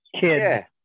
kid